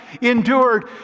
endured